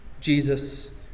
Jesus